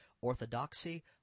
orthodoxy